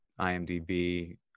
IMDb